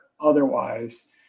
otherwise